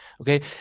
okay